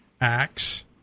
Acts